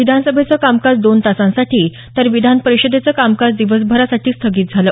विधानसभेचं कामकाज दोन तासांसाठी तर विधानपरिषदेचं कामकाज दिवसभरासाठी स्थगित झालं